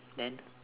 then